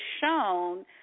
shown